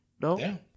No